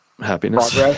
happiness